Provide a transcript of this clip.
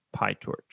PyTorch